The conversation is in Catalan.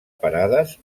parades